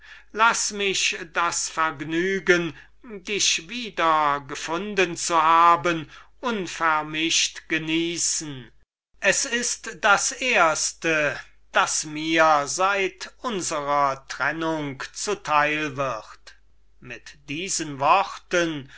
laß mich das vergnügen dich wieder gefunden zu haben unvermischt genießen es ist das erste das mir seit zweien jahren zu teil wird mit diesen worten